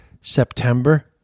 September